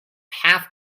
half